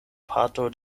parto